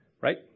Right